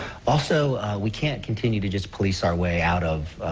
also, we can't continue to just police our way out of, ah,